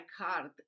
card